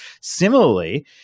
Similarly